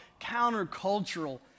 countercultural